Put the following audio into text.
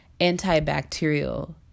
antibacterial